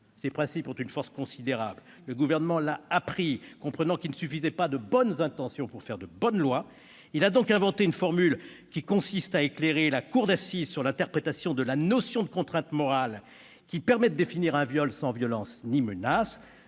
Ces principes ont une force considérable. Le Gouvernement l'a admis, comprenant qu'il ne suffisait pas de bonnes intentions pour faire de bonnes lois. Il a donc inventé une formule consistant à éclairer la cour d'assises sur l'interprétation de la notion de contrainte morale, qui permet de définir un viol sans violence ni menace.